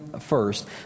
first